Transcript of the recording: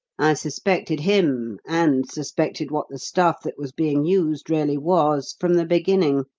suspected him, and suspected what the stuff that was being used really was from the beginning.